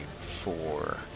four